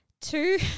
two